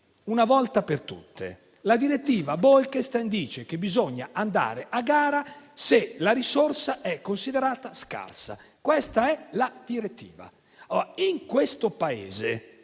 una volta per tutte. La direttiva Bolkestein dice che bisogna andare a gara se la risorsa è considerata scarsa: questa è la direttiva. Chiedo a